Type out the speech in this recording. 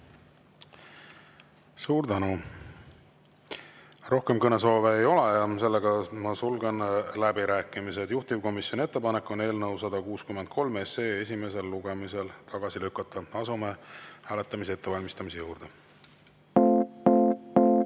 Suur tänu! Rohkem kõnesoove ei ole. Sulgen läbirääkimised. Juhtivkomisjoni ettepanek on eelnõu 163 esimesel lugemisel tagasi lükata. Asume hääletamise ettevalmistamise juurde.